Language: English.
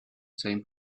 same